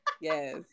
Yes